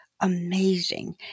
amazing